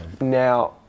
Now